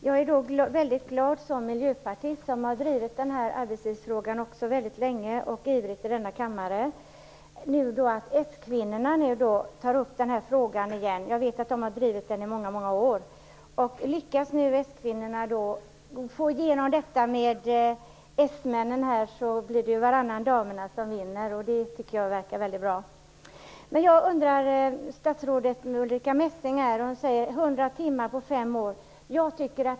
Herr talman! Som miljöpartist är jag väldigt glad. Vi har ju drivit arbetstidsfrågan väldigt länge och ivrigt i denna kammare. Nu tar s-kvinnorna upp den här frågan igen. Jag vet att de har drivit den i många år. Om s-kvinnorna nu lyckas få igenom detta tillsammans med s-männen vinner ju varannan damernas. Det tycker jag verkar bra. Statsrådet Ulrica Messing talar om 100 timmar på fem år.